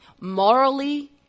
morally